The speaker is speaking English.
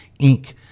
Inc